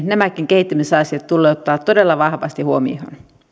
nämäkin kehittämisasiat tulee ottaa todella vahvasti huomioon